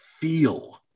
feel